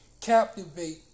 captivate